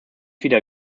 wieder